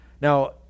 Now